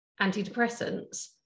antidepressants